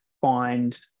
find